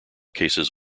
cases